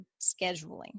scheduling